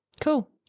cool